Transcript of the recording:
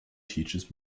teaches